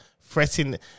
threatening